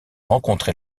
rencontré